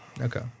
Okay